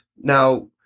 Now